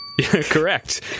Correct